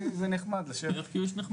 כי זה נחמד לשבת כאן.